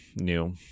new